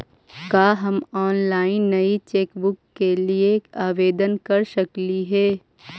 का हम ऑनलाइन नई चेकबुक के लिए आवेदन कर सकली हे